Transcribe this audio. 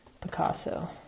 Picasso